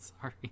Sorry